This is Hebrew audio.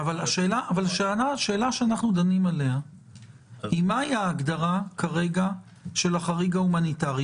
השאלה שבה אנחנו דנים היא מהי ההגדרה כרגע של החריג ההומניטרי.